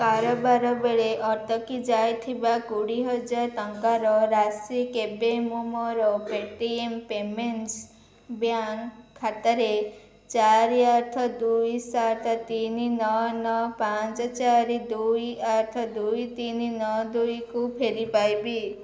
କାରବାର ବେଳେ ଅଟକି ଯାଇଥିବା କୋଡ଼ିଏ ହଜାର ଟଙ୍କାର ରାଶି କେବେ ମୁଁ ମୋର Paytm payments bank ଖାତାରେ ଚାରି ଆଠ ଦୁଇ ସାତ ତିନି ନଅ ନଅ ପାଞ୍ଚ ଚାରି ଦୁଇ ଆଠ ଦୁଇ ତିନି ନଅ ଦୁଇକୁ ଫେରିପାଇବି